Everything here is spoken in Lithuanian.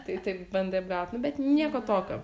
tai taip bandė apgaut nu bet nieko tokio